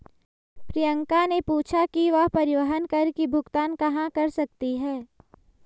प्रियंका ने पूछा कि वह परिवहन कर की भुगतान कहाँ कर सकती है?